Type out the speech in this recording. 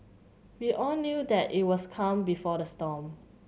we all knew that it was calm before the storm